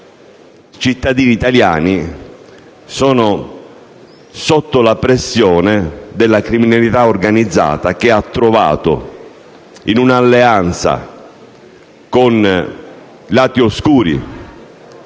perché ancora oggi sono sotto la pressione della criminalità organizzata, che ha trovato, in un'alleanza con lati oscuri